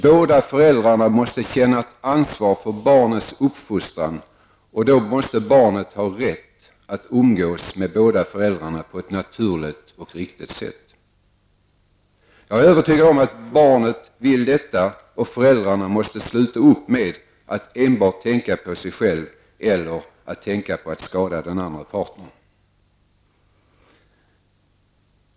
Båda föräldrarna måste känna ett ansvar för barnets uppfostran, och då måste barnet ha rätt att umgås med båda föräldrarna på ett naturligt och riktigt sätt. Jag är övertygad om att barnet vill ha det så och att föräldrarna måste sluta upp med att enbart tänka på sig själva eller att skada den andra parten.